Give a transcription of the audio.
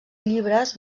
llibres